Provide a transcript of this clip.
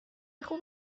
خوب